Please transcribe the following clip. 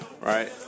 Right